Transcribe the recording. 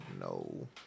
no